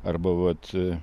arba vat